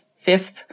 fifth